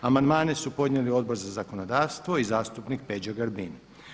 Amandmane su podnijeli Odbor za zakonodavstvo i zastupnik Peđa Grbin.